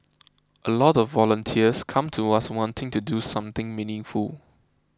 a lot of volunteers come to us wanting to do something meaningful